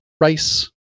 rice